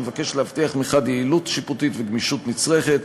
המבקש להבטיח מחד גיסא יעילות שיפוטית וגמישות נצרכת,